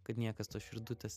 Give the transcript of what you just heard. kad niekas tos širdutės